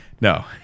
No